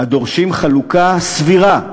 הדורשים חלוקה סבירה,